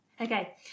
okay